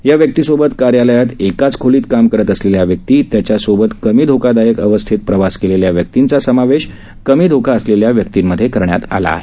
या व्यक्तीसोबत कार्यालयात एकाच खोलीत काम केलेल्या व्यक्ती त्याच्यासोबत कमी धोकादायक अवस्थेत प्रवास केलेल्या व्यक्तींचा समावेश कमी धोका असलेल्या व्यक्तींमध्ये करण्यात आलेला आहे